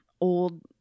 old